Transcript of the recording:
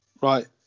right